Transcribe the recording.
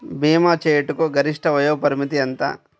భీమా చేయుటకు గరిష్ట వయోపరిమితి ఎంత?